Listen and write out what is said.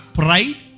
pride